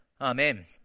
Amen